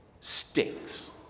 stinks